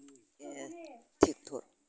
ओइ ट्रेक्टर